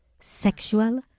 sexual